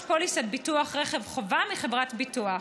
פוליסת ביטוח רכב חובה מחברת ביטוח.